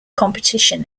competition